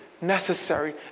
necessary